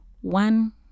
One